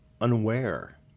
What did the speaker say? unaware